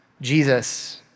Jesus